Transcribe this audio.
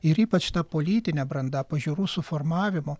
ir ypač ta politine branda pažiūrų suformavimo